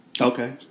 Okay